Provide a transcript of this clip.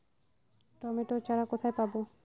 Tomato চারা কোথায় পাবো?